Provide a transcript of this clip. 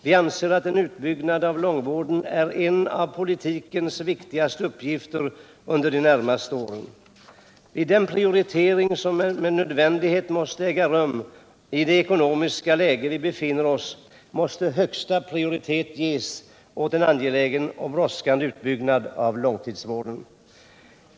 Vi anser att en utbyggnad av långtidsvården är en av politikens viktigaste uppgifter under de närmaste åren. I den prioritering som med nödvändighet måste äga rum i det nuvarande ekonomiska läget måste högsta prioritet ges åt en angelägen och brådskande utbyggnad av långtidsvården.